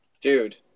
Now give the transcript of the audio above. dude